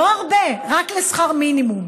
לא הרבה, רק לשכר מינימום.